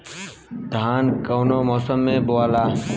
धान कौने मौसम मे बोआला?